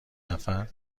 نفر